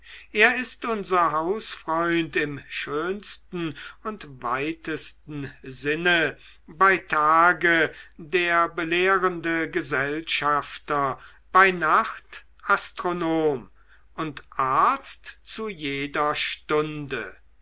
er ist unser hausfreund im schönsten und weitesten sinne bei tage der belehrende gesellschafter bei nacht astronom und arzt zu jeder stunde